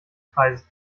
kreises